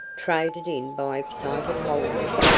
traded in by excited holders,